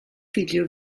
figlio